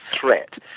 threat